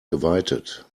geweitet